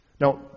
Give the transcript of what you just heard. Now